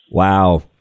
Wow